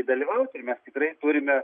dalyvauti ir mes tikrai turime